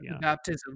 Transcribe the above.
baptism